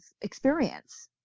experience